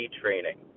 training